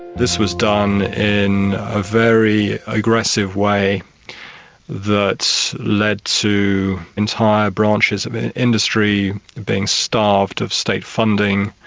this was done in a very aggressive way that led to entire branches of industry being starved of state funding,